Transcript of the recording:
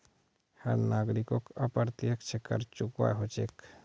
हर नागरिकोक अप्रत्यक्ष कर चुकव्वा हो छेक